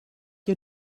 you